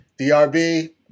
drb